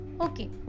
Okay